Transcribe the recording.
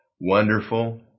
Wonderful